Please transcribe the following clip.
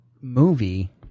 movie